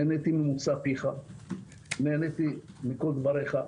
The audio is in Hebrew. נהניתי ממוצא פיך, נהניתי מכל דבריך.